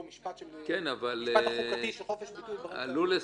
המשפט החוקתי של חופש ביטוי ודברים כאלה.